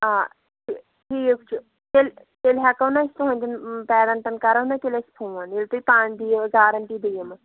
آ ٹھیٖک چھُ تیٚلہِ تیٚلہِ ہٮ۪کو نا أسۍ تُہٕنٛدٮ۪ن پیرَنٹَن کَرو نا تیٚلہِ أسۍ فون ییٚلہِ تُہۍ پانہٕ دِیو گارَنٹی بہٕ یِمہٕ